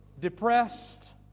depressed